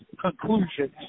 conclusions